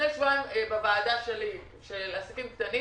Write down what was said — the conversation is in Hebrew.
בוועדה שלי לעסקים קטנים